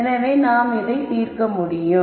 எனவே நாம் இதை தீர்க்க முடியும்